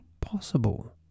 possible